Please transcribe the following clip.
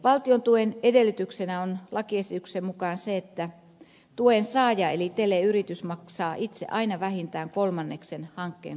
valtion tuen edellytyksenä on lakiesityksen mukaan se että tuen saaja eli teleyritys maksaa itse aina vähintään kolmanneksen hankkeen kustannuksista